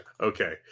Okay